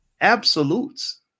absolutes